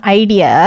idea